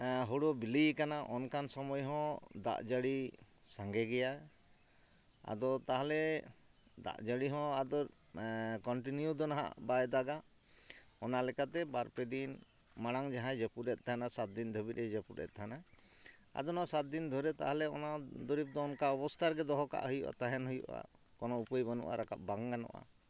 ᱦᱳᱲᱳ ᱵᱤᱞᱤᱭ ᱠᱟᱱᱟ ᱚᱱᱠᱟᱱ ᱥᱚᱢᱚᱭᱦᱚᱸ ᱫᱟᱜ ᱡᱟᱹᱲᱤ ᱥᱟᱸᱜᱮ ᱜᱮᱭᱟ ᱟᱫᱚ ᱛᱟᱦᱚᱞᱮ ᱫᱟᱜ ᱡᱟᱹᱲᱤ ᱦᱚᱸ ᱟᱫᱚ ᱠᱚᱱᱴᱤᱱᱤᱭᱩ ᱫᱚ ᱱᱟᱦᱟᱜ ᱵᱟᱭ ᱫᱟᱜᱼᱟ ᱚᱱᱟ ᱞᱮᱠᱟᱛᱮ ᱵᱟᱨᱼᱯᱮ ᱫᱤᱱ ᱢᱟᱲᱟᱝ ᱡᱟᱦᱟᱸᱭ ᱡᱟᱹᱯᱩᱫᱽᱮᱫ ᱛᱮᱦᱮᱱᱟ ᱥᱟᱛᱫᱤᱱ ᱫᱷᱟᱹᱵᱤᱡᱼᱮ ᱡᱟᱹᱯᱩᱫᱽ ᱮᱫ ᱛᱮᱦᱮᱱᱟ ᱟᱫᱚ ᱱᱚᱣᱟ ᱥᱟᱛᱫᱤᱱ ᱫᱷᱚᱨᱮ ᱛᱟᱦᱞᱮ ᱚᱱᱟ ᱫᱚᱨᱤᱵᱽᱫᱚ ᱚᱱᱠᱟ ᱚᱵᱚᱥᱛᱟ ᱨᱮᱜᱮ ᱫᱚᱦᱚᱠᱟᱜ ᱦᱩᱭᱩᱜᱼᱟ ᱛᱟᱦᱮᱱ ᱦᱩᱭᱩᱜᱼᱟ ᱠᱳᱱᱳ ᱩᱯᱟᱹᱭ ᱵᱟᱹᱱᱩᱜᱼᱟ ᱨᱟᱠᱟᱵ ᱵᱟᱝ ᱜᱟᱱᱚᱜᱼᱟ